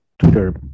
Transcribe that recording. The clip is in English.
twitter